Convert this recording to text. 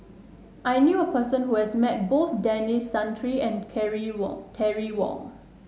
I knew a person who has met both Denis Santry and Carry Wong Terry Wong